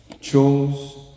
chose